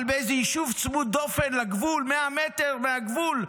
אבל באיזה ישוב צמוד דופן לגבול, 100 מטר מהגבול,